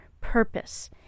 purpose